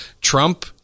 Trump